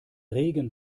regen